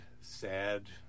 Sad